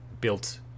built